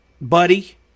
buddy